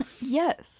Yes